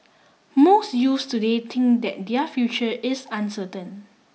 most youths today think that their future is uncertain